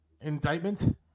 indictment